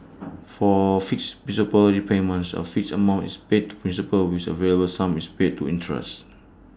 for fixed principal repayments A fixed amount is paid to principal with A variable sum is paid to interest